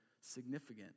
significant